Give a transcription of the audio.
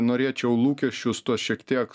norėčiau lūkesčius tuos šiek tiek